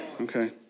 Okay